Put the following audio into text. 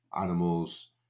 animals